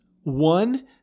One